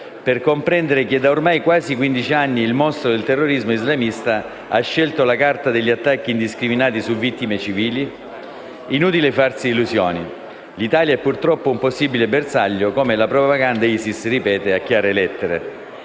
per comprendere che, da ormai quasi quindici anni, il mostro del terrorismo islamista ha scelto la carta degli attacchi indiscriminati su vittime civili? È inutile farsi illusioni. L'Italia è purtroppo un possibile bersaglio, come la propaganda dell'ISIS ripete a chiare lettere.